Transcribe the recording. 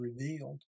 revealed